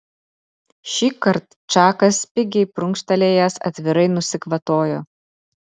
šįkart čakas spigiai prunkštelėjęs atvirai nusikvatojo